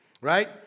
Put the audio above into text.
Right